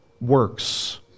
works